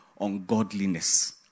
ungodliness